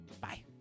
Bye